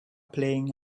playing